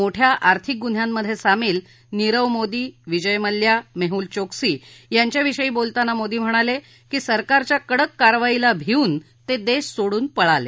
मोठ्या आर्थिक गुन्ह्यांमधे सामील नीरव मोदी विजय मल्ल्या मेहूल चौक्सी यांच्याविषयी बोलताना मोदी म्हणाले की सरकारच्या कडक कारवाईला भिऊन ते देश सोडून पळाले